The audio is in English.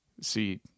See